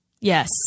Yes